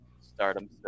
stardom